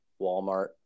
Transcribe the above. Walmart